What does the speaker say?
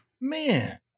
Man